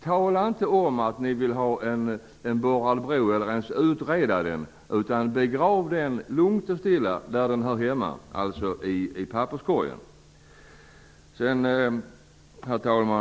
Tala inte om att ni vill ha en borrad bro, eller att ni vill utreda en sådan, utan begrav den lugnt och stilla där den hör hemma, alltså i papperskorgen. Herr talman!